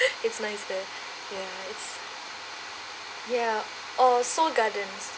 it's nice there ya it's ya or seoul gardens